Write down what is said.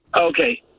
Okay